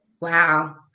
Wow